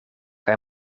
kaj